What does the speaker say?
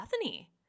Bethany